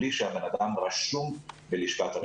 בלי שאדם רשום בלשכת הרווחה.